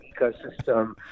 ecosystem